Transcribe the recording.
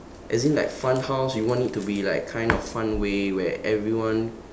as in like fun house you want it to be like kind of fun way where everyone